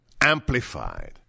amplified